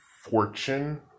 fortune